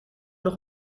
nog